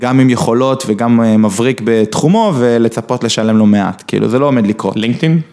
גם עם יכולות וגם מבריק בתחומו ולצפות לשלם לו מעט, כאילו זה לא עומד לקרות. לינקדין?